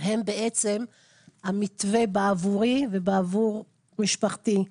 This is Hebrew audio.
הם בעצם המתווה בעבורי ובעבור משפחתי.